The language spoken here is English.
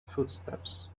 footsteps